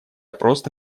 просто